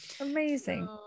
Amazing